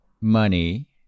money